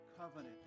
covenant